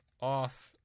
off